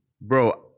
Bro